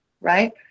right